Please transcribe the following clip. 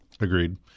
Agreed